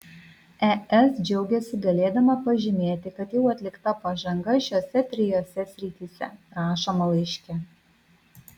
es džiaugiasi galėdama pažymėti kad jau atlikta pažanga šiose trijose srityse rašoma laiške